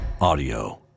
Audio